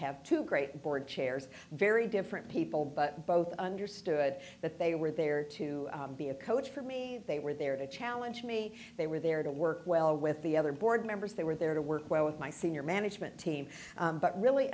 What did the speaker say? have two great board chairs very different people but both understood that they were there to be a coach for me they were there to challenge me they were there to work well with the other board members they were there to work well with my senior management team but really